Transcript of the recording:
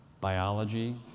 biology